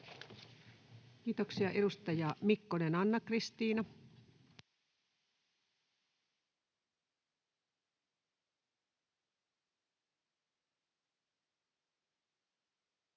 Kiitoksia. — Edustaja Mikkonen, Anna-Kristiina. Arvoisa